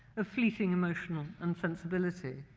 a fleeting, emotional and sensibility.